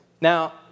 Now